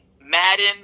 Madden